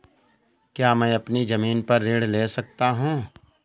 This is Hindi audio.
क्या मैं अपनी ज़मीन पर ऋण ले सकता हूँ?